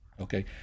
Okay